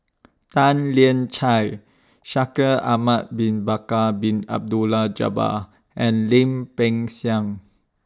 Tan Lian Chye Shaikh Ahmad Bin Bakar Bin Abdullah Jabbar and Lim Peng Siang